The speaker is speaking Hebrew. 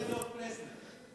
אחרי דוח-פלסנר.